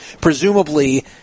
Presumably